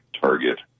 target